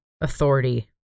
authority